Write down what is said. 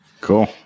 Cool